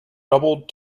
doubled